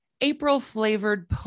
April-flavored